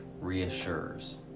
reassures